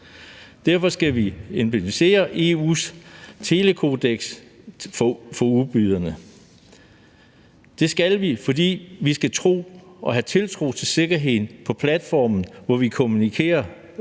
Derfor skal vi implementere EU's telekodeks for udbyderne. Det skal vi, fordi vi skal have tiltro til sikkerheden på den platform, hvor vi kommunikerer,